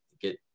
get